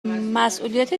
مسئولیت